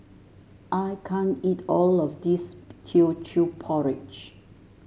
I can't eat all of this Teochew Porridge